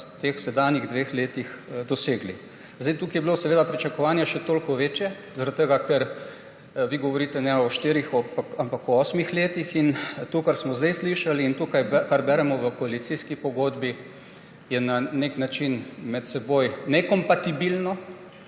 v sedanjih dveh letih dosegli. Tukaj je bilo pričakovanje še toliko večje, zaradi tega ker vi govorite ne o štirih, ampak o osmih letih. To, kar smo zdaj slišali, in to, kar beremo v koalicijski pogodbi, je na nek način med seboj nekompatibilno.